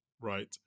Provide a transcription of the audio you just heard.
right